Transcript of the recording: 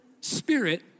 spirit